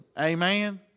Amen